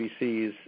CBCs